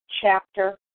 chapter